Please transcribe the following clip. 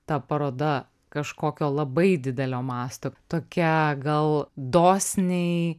ta paroda kažkokio labai didelio masto tokia gal dosniai